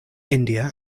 india